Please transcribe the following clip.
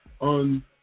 On